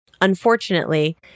Unfortunately